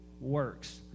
works